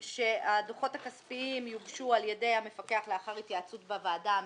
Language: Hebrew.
שהדוחות הכספיים יוגשו על ידי המפקח לאחר התייעצות בוועדה המייעצת.